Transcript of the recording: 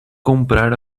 comprar